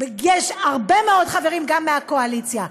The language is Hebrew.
יש הרבה מאוד חברים גם מהקואליציה.